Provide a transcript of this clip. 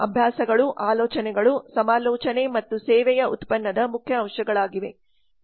ಅಭ್ಯಾಸಗಳು ಆಲೋಚನೆಗಳು ಸಮಾಲೋಚನೆ ಮತ್ತು ಸೇವೆಯು ಉತ್ಪನ್ನದ ಮುಖ್ಯ ಅಂಶಗಳಾಗಿವೆ